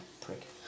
Prick